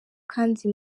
kandi